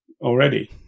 already